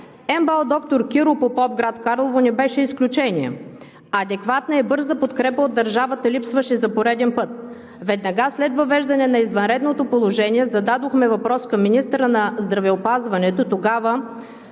МБАЛ „Доктор Киро Попов“ – град Карлово, не беше изключение. Адекватна и бърза подкрепа от държавата липсваше за пореден път. Веднага след въвеждане на извънредното положение зададохме въпрос към министъра на здравеопазването – тогава,